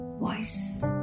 voice